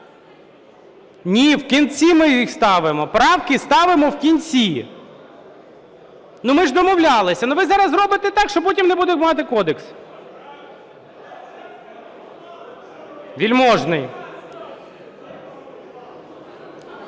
Ні, в кінці ми їх ставимо, правки ставимо в кінці. Ми ж домовлялися. Ви зараз зробите так, що потім не будемо мати кодексу. Вельможний.